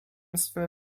swym